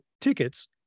tickets